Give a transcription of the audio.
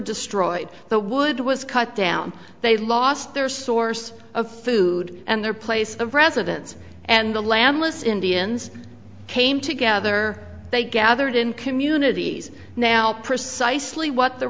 destroyed the wood was cut down they lost their source of food and their place of residence and the landless indians came together they gathered in communities now precisely